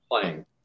playing